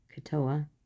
Katoa